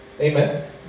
Amen